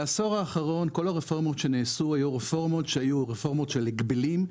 בעשור האחרון כל הרפורמות שנעשו היו רפורמות שהיו רפורמות של הגבלים,